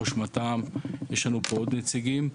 ראש מת״מ ועוד נציגים נוספים.